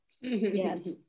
yes